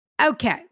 Okay